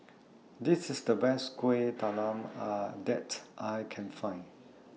This IS The Best Kueh Talam that I Can Find